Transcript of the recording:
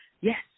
yes